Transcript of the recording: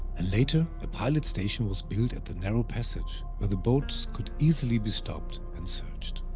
and later, a pilot station was built at the narrow passage, where the boats could easily be stopped and searched.